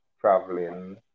traveling